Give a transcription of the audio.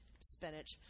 spinach